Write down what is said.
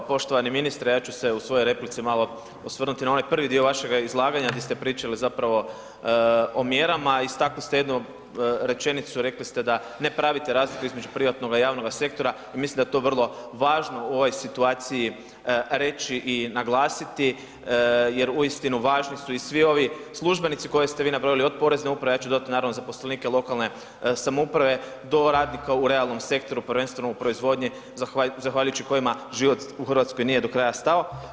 Pa evo poštovani ministre, ja ću se u svojoj replici malo osvrnuti na onaj prvi dio vašega izlaganja gdje ste pričali o mjerama i istakli ste jednu rečenicu, rekli ste da ne pravite razliku između privatnoga i javnoga sektora i mislim da je to vrlo važno u ovoj situaciji reći i naglasiti jer uistinu važni su i svi ovi službenici koje ste vi nabrojili od Porezne uprave, ja ću dodati zaposlenike lokalne samouprave do radnika u realnom sektoru, prvenstveno u proizvodnji zahvaljujući kojima život u Hrvatskoj nije do kraja stao.